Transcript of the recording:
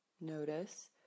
Notice